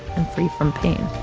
and free from pain.